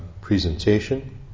presentation